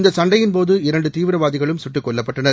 இந்த சண்டையின்போது இரண்டு தீவிரவாதிகளும் சுட்டுக் கொல்லப்பட்டனர்